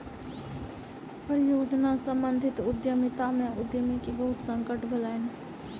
परियोजना सम्बंधित उद्यमिता में उद्यमी के बहुत संकट भेलैन